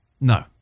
No